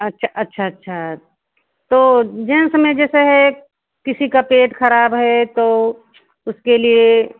अच्छा अच्छा अच्छा तो जेंस में जैसे है किसी का पेट ख़राब है तो उसके लिए